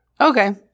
okay